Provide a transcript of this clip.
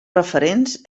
referents